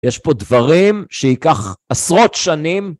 יש פה דברים, שיקח... עשרות שנים...